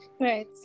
right